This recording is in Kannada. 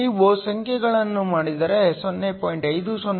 ನೀವು ಸಂಖ್ಯೆಗಳನ್ನು ಮಾಡಿದರೆ 0